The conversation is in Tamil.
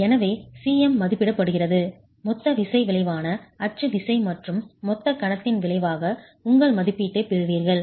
எனவே Cm மதிப்பிடப்படுகிறது மொத்த விசை விளைவான அச்சு விசை மற்றும் மொத்த கணத்தின் விளைவாக உங்கள் மதிப்பீட்டைப் பெறுவீர்கள்